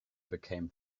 became